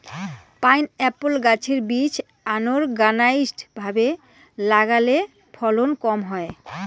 pineapple গাছের বীজ unorganised ভাবে লাগালে ফলন কম হয়